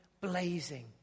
blazing